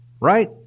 right